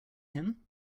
him